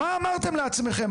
מה אמרתם לעצמכם?